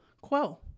quo